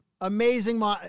amazing